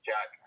Jack